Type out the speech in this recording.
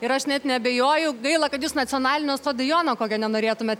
ir aš net neabejoju gaila kad jūs nacionalinio stadiono kokio nenorėtumėte